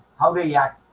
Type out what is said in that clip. how they yeah act.